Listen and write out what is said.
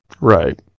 Right